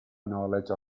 knowledge